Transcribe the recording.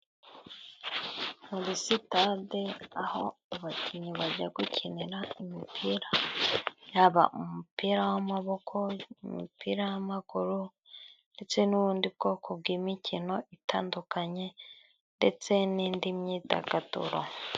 Muri sitade aho abakinnyi bajya gukinira imipira, yaba umupira w'amaboko umupira w'amaguru ndetse n'ubundi bwoko bw'imikino itandukanye ndetse n'indi myidagaduro.